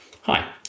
Hi